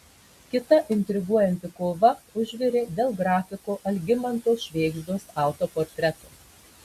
kita intriguojanti kova užvirė dėl grafiko algimanto švėgždos autoportreto